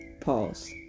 Pause